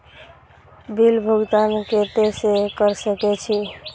Bill भुगतान केते से कर सके छी?